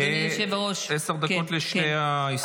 עשר דקות לשתי ההסתייגויות.